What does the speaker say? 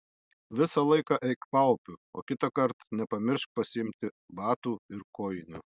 visą laiką eik paupiu o kitą kartą nepamiršk pasiimti batų ir kojinių